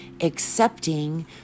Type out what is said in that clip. accepting